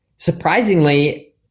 Surprisingly